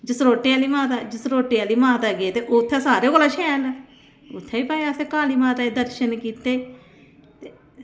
जसरोटै आह्ली माता ते जसरोटै आह्ली माता गे ते उत्थें सारें कोला शैल ते इत्थें बी असें काली माता दे दर्शन कीते